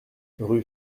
rue